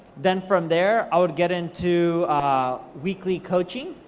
then from there i would get into weekly coaching.